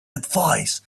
advice